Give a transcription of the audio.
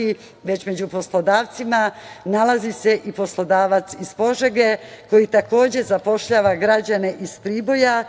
se među poslodavcima nalazi i poslodavac iz Požege, koji takođe zapošljava građane iz Priboja,